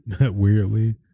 weirdly